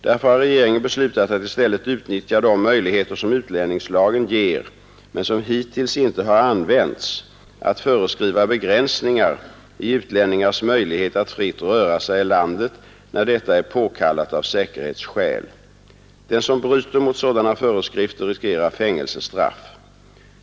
Därför har regeringen beslutat att i stället utnyttja de möjligheter som utlänningslagen ger — men som hittills inte har använts — att föreskriva begränsningar i utlänningars möjligheter att fritt röra sig i landet när detta är påkallat av säkerhetsskäl. Den som bryter mot sådana föreskrifter riskerar fängelsestraff.